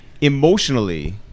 Emotionally